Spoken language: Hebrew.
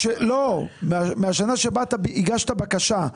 לא, מהשנה שהגשת בקשה.